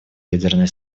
ядерные